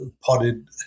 potted